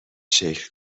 شکل